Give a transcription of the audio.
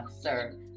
sir